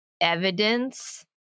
evidence